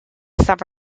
suffered